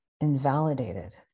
invalidated